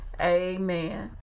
Amen